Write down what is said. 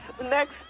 next